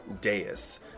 dais